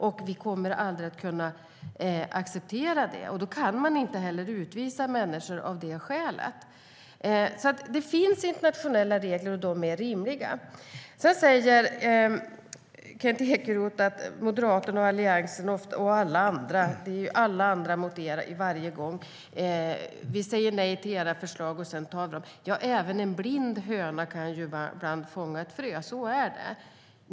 Jag kommer aldrig att kunna acceptera det, och av det skälet kan man inte utvisa människor. Det finns internationella regler, och de är rimliga. Sedan säger Kent Ekeroth att Moderaterna, Alliansen och alla andra är mot er varje gång vi säger nej till era förslag och att vi sedan antar dem. Ja, även en blind höna kan ju hitta ett korn. Så är det.